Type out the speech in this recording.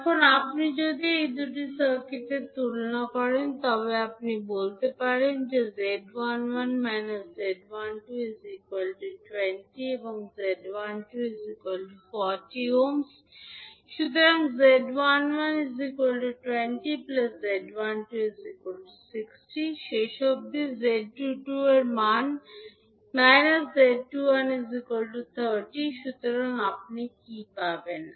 এখন আপনি যদি এই দুটি সার্কিটের তুলনা করেন তবে আপনি বলতে পারেন যে 𝐳11 𝐳12 20 এবং z12 40𝛺 সুতরাং z11 20 𝐳12 60𝛺 শেষ অবধি 𝐳22 এর মান z21 30 সুতরাং আপনি কী পাবেন